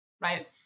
right